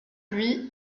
lui